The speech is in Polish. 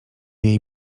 jej